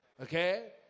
Okay